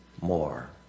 more